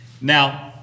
Now